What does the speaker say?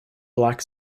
black